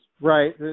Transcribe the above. right